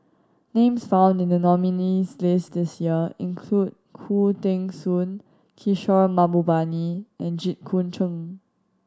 names found in the nominees' list this year include Khoo Teng Soon Kishore Mahbubani and Jit Koon Ch'ng